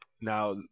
Now